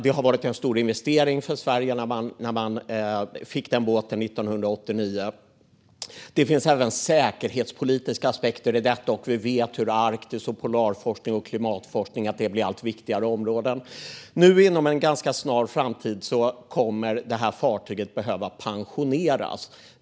Det var en stor investering för Sverige när vi fick den båten 1989. Det finns även säkerhetspolitiska aspekter i detta, och vi vet att Arktis, polarforskning och klimatforskning blir allt viktigare områden. Inom en ganska snar framtid kommer det här fartyget att behöva pensioneras.